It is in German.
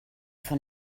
von